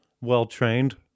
well-trained